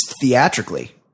theatrically